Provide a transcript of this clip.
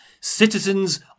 Citizens